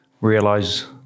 realize